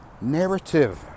narrative